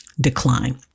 decline